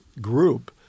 group